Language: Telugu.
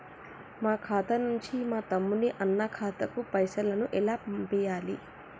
మా ఖాతా నుంచి మా తమ్ముని, అన్న ఖాతాకు పైసలను ఎలా పంపియ్యాలి?